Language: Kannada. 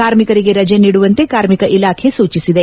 ಕಾರ್ಮಿಕರಿಗೆ ರಜೆ ನೀಡುವಂತೆ ಕಾರ್ಮಿಕ ಇಲಾಖೆ ಸೂಚಿಸಿದೆ